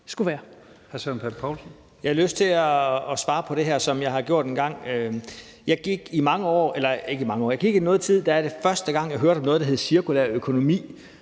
Poulsen (KF): Jeg har lyst til at svare på det her, som jeg har gjort tidligere. Første gang jeg hørte om noget, der hedder cirkulær økonomi,